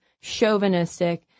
chauvinistic